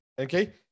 okay